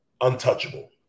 Untouchable